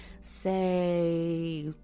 say